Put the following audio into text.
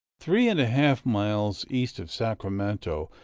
three and a half miles east of sacramento,